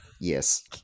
yes